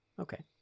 okay